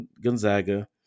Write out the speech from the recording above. Gonzaga